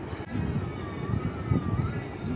আমি উচ্চ শিক্ষা গ্রহণ করতে চাই তার জন্য কি ঋনের সুযোগ আছে?